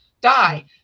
die